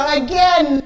again